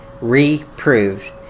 Reproved